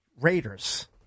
Raiders